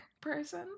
Person